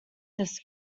this